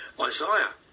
Isaiah